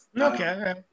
Okay